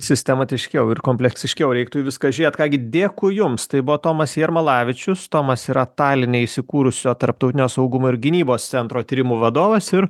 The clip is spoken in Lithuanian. sistematiškiau ir kompleksiškiau reiktų į viską žiūrėti ką gi dėkui jums tai buvo tomas jarmalavičius tomas yra taline įsikūrusio tarptautinio saugumo ir gynybos centro tyrimų vadovas ir